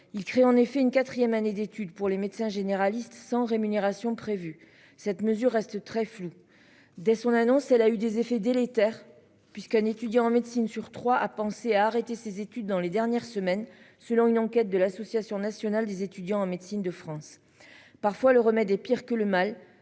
Il crée en effet une 4ème année d'étude pour les médecins généralistes sans rémunération prévue cette mesure reste très flou. Dès son annonce, elle a eu des effets délétères puisqu'un étudiant en médecine sur 3 à penser à arrêter ses études dans les dernières semaines selon une enquête de l'association nationale des étudiants en médecine de France parfois le remède est pire que le mal.